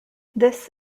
this